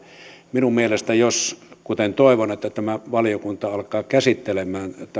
minun mielestäni jos kuten toivon tämä valiokunta alkaa käsittelemään